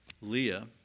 Leah